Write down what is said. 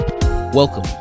Welcome